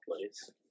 place